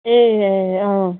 ए